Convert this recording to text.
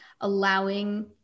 allowing